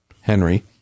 Henry